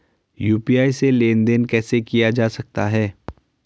UPI से लेनदेन कैसे किया जा सकता है?